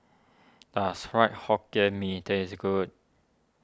does Fried Hokkien Mee taste good